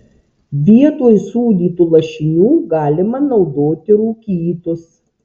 vietoj sūdytų lašinių galima naudoti rūkytus